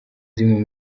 zimwe